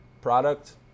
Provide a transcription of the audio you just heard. Product